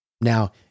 Now